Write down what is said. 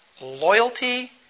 loyalty